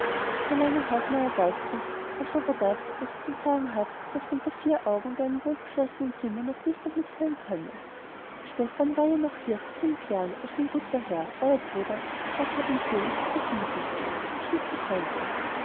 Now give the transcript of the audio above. der lange hausmeier beugt sich als ob er das was er zu sagen hat selbst unter vier augen und in einem wohlverschlossenen zimmer nur flüsternd mitteilen könne stephan war ja noch hier vor fünf jahren als mein guter herr euer bruder gott hab ihn selig so hinsiechte und schließlich